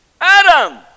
Adam